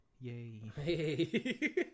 Yay